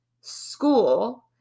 school